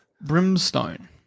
brimstone